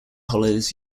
hollows